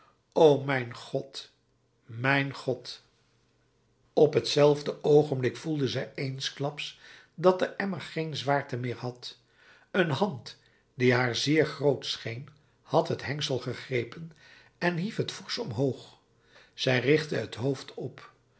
o mijn god mijn god op t zelfde oogenblik voelde zij eensklaps dat de emmer geen zwaarte meer had een hand die haar zeer groot scheen had het hengsel gegrepen en hief het forsch omhoog zij richtte het hoofd op